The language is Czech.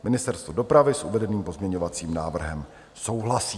Ministerstvo dopravy s uvedeným pozměňovacím návrhem souhlasí.